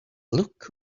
look